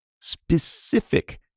Specific